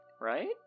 Right